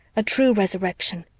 a true resurrection.